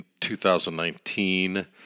2019